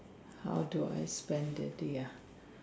how do I spend the day ah